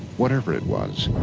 whatever it was